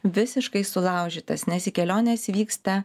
visiškai sulaužytas nes į keliones vyksta